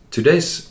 Today's